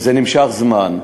וזה נמשך זמן.